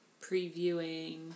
previewing